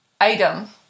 item